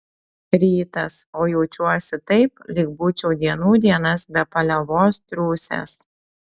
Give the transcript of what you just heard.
rytas o jaučiuosi taip lyg būčiau dienų dienas be paliovos triūsęs